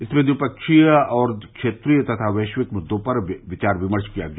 इसमें द्विपक्षीय और क्षेत्रीय तथा वैश्विक मुद्रों पर विचार विमर्श किया गया